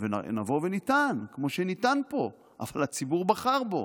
ונבוא ונטען, כמו שנטען פה: אבל הציבור בחר בו,